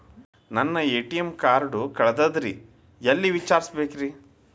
ನನ್ನ ATM card ಕಳದದ್ರಿ ಎಲ್ಲಿ ವಿಚಾರಿಸ್ಬೇಕ್ರಿ?